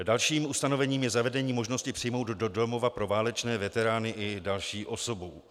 Dalším ustanovením je zavedení možnosti přijmout do domova pro válečné veterány i další osobu.